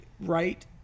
right